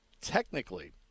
technically